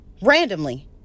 randomly